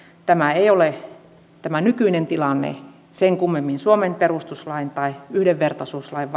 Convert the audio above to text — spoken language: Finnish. tämä nykyinen tilanne ei ole sen kummemmin suomen perustuslain tai yhdenvertaisuuslain